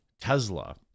tesla